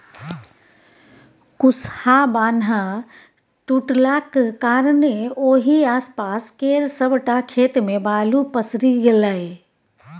कुसहा बान्ह टुटलाक कारणेँ ओहि आसपास केर सबटा खेत मे बालु पसरि गेलै